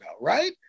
right